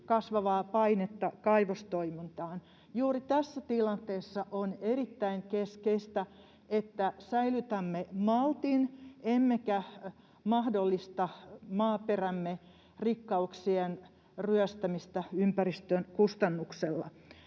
kasvavaa painetta kaivostoimintaan. Juuri tässä tilanteessa on erittäin keskeistä, että säilytämme maltin emmekä mahdollista maaperämme rikkauksien ryöstämistä ympäristön kustannuksella.